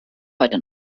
heute